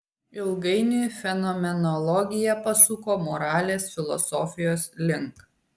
ilgainiui fenomenologija pasuko moralės filosofijos link